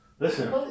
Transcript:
Listen